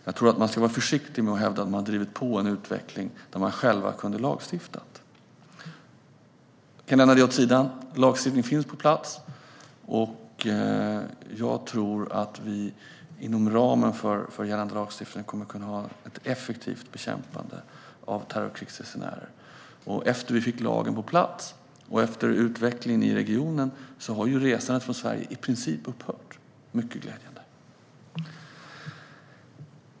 Jag tror att man ska vara försiktig med att hävda att man har drivit på en utveckling när man själv hade kunnat få en lagstiftning till stånd. Vi kan lämna det åt sidan. Lagstiftning finns på plats. Jag tror att vi inom ramen för gällande lagstiftning kommer att kunna ha ett effektivt bekämpande av terrorkrigsresenärer. Efter att vi fick lagen på plats och efter utvecklingen i regionen har resandet från Sverige i princip upphört. Det är mycket glädjande.